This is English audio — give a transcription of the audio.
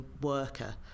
worker